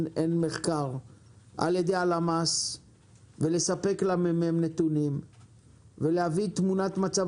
מחקר על ידי הלמ"ס ולספק לממ"מ נתונים ולהביא תמונת מצב